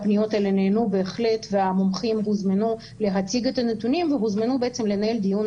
נענו בהחלט והמומחים הוזמנו להציג את הנתונים והוזמנו לנהל דיון